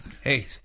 hey